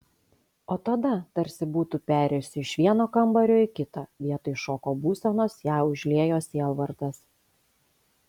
o tada tarsi būtų perėjusi iš vieno kambario į kitą vietoj šoko būsenos ją užliejo sielvartas